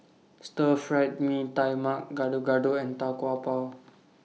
Stir Fried Mee Tai Mak Gado Gado and Tau Kwa Pau